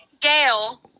Gail